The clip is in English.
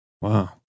Wow